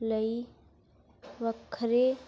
ਲਈ ਵੱਖਰੇ